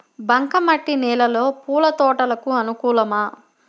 బంక మట్టి నేలలో పూల తోటలకు అనుకూలమా?